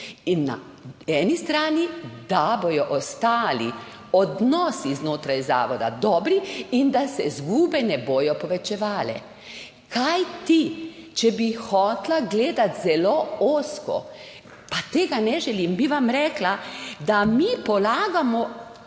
in na eni strani, da bodo ostali odnosi znotraj zavoda dobri in da se izgube ne bodo povečevale? Kajti če bi hotela gledati zelo ozko, pa tega ne želim, bi vam rekla, da mi polagamo